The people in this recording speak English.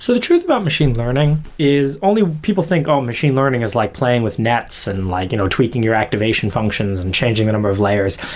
so the truth about machine learning is only people think oh, machine learning is like playing with and like you know tweaking your activation functions and changing the number of layers.